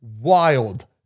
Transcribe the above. wild